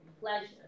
pleasure